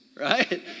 Right